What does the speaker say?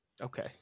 Okay